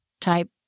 type